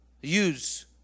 use